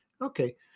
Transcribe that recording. Okay